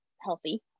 healthy